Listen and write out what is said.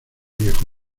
viejo